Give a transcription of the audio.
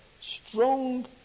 strong